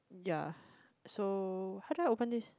ya so how do I open this